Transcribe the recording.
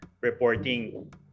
reporting